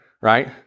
right